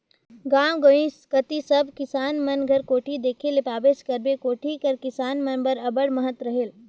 गाव गंवई कती सब किसान मन घर कोठी देखे ले पाबेच करबे, कोठी कर किसान मन बर अब्बड़ महत रहेल